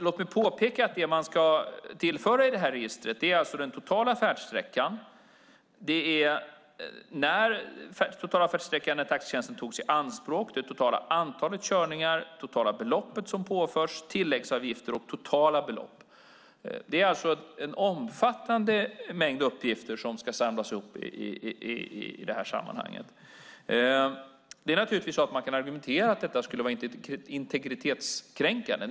Låt mig påpeka att det som man ska tillföra i detta register är den totala färdsträckan, när taxitjänsten togs i anspråk, det totala antalet körningar, det totala beloppet som påförs, tilläggsavgifter och totala belopp. Det är alltså en omfattande mängd uppgifter som ska samlas ihop i detta sammanhang. Man kan naturligtvis argumentera om att detta skulle vara integritetskränkande.